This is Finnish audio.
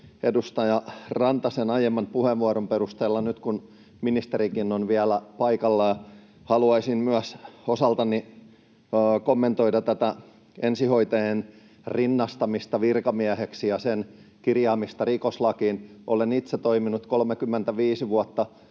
edustaja Rantasen aiemman puheenvuoron perusteella. Nyt kun ministerikin on vielä paikalla, haluaisin myös osaltani kommentoida tätä ensihoitajien rinnastamista virkamieheksi ja sen kirjaamista rikoslakiin. Olen itse toiminut 35 vuotta